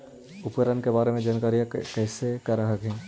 उपकरण के बारे जानकारीया कैसे कर हखिन?